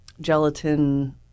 gelatin